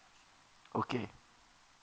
okay